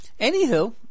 Anywho